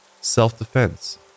self-defense